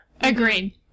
Agreed